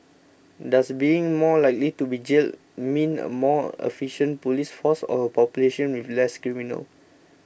does being more likely to be jailed mean a more efficient police force or a population with less criminals